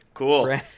cool